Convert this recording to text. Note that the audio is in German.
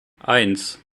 eins